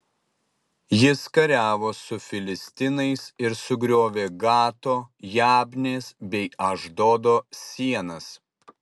jis kariavo su filistinais ir sugriovė gato jabnės bei ašdodo sienas